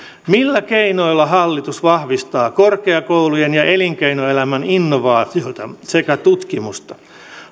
millä keinoilla hallitus vahvistaa korkeakoulujen ja elinkeinoelämän innovaatioita sekä tutkimusta